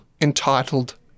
entitled